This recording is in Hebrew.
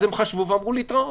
אז הם חשבו ואמרו להתראות.